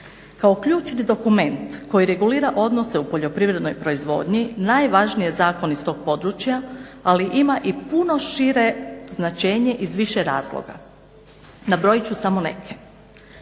kao ključni dokument koji regulira odnose u poljoprivrednoj proizvodnji najvažniji je zakon iz tog područja, ali ima i puno šire značenje iz više razloga. Nabrojit ću samo neke.